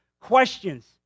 questions